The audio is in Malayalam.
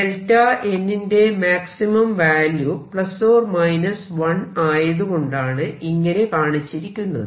Δn ന്റെ മാക്സിമം വാല്യൂ 1 ആയതുകൊണ്ടാണ് ഇങ്ങനെ കാണിച്ചിരിക്കുന്നത്